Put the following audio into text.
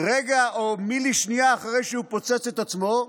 רגע או מילי-שנייה אחרי שהוא פוצץ את עצמו,